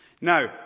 Now